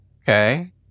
Okay